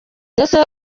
ndetse